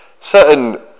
Certain